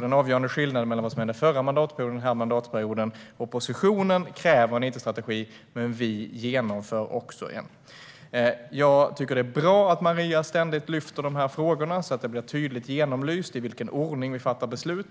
Den avgörande skillnaden mellan vad som hände under den förra mandatperioden och det som händer under den här mandatperioden är alltså att oppositionen kräver en it-strategi men att vi faktiskt genomför en. Jag tycker att det är bra att Maria ständigt lyfter fram dessa frågor så att det blir tydligt genomlyst i vilken ordning vi fattar beslut.